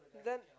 then